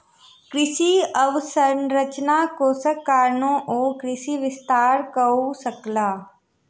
कृषि अवसंरचना कोषक कारणेँ ओ कृषि विस्तार कअ सकला